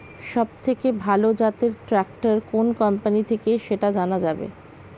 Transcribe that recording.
সবথেকে ভালো জাতের ট্রাক্টর কোন কোম্পানি থেকে সেটা জানা যাবে?